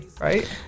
right